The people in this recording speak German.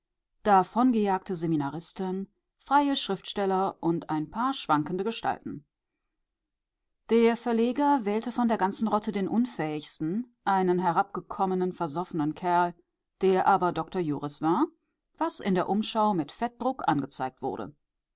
schlossermeister davongejagte seminaristen freie schriftsteller und ein paar schwankende gestalten der verleger wählte von der ganzen rotte den unfähigsten einen herabgekommenen versoffenen kerl der aber doctor juris war was in der umschau mit fettdruck angezeigt wurde